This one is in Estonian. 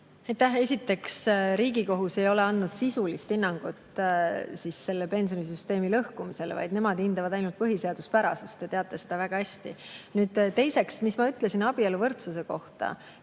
Esiteks, Riigikohus ei ole andnud sisulist hinnangut pensionisüsteemi lõhkumisele, vaid nemad hindavad ainult põhiseaduspärasust. Te teate seda väga hästi. Teiseks, ma ütlesin abieluvõrdsuse kohta